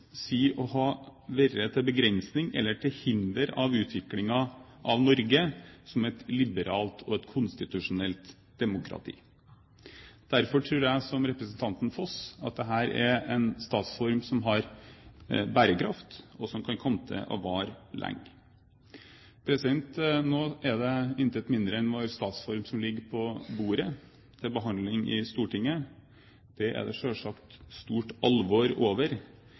til hinder for utviklingen av Norge som et liberalt og konstitusjonelt demokrati. Derfor tror jeg, som representanten Foss, at dette er en statsform som har bærekraft, og som kan komme til å vare lenge. Nå er det intet mindre enn vår statsform som ligger på bordet til behandling i Stortinget. Det er det selvsagt stort alvor over.